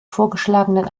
vorgeschlagenen